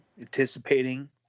anticipating